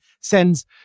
sends